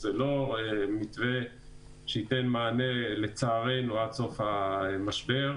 זה לא מתווה שייתן מענה לצערנו עד סוף המשבר.